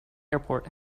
airport